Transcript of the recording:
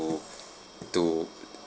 to